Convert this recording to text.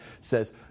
says